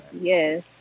yes